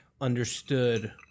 understood